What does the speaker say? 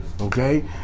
Okay